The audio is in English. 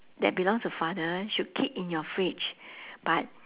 that belongs to father should keep in your fridge but